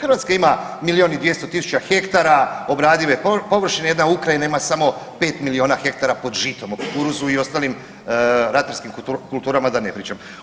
Hrvatska ima milijun i 200 tisuća hektara obradive površine, jedna Ukrajina ima samo 5 milijuna hektara pod žitom, o kukuruzu i ostalim ratarskim kulturama da ne pričam.